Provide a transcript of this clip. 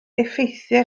effeithiau